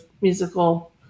musical